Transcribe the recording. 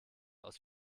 aus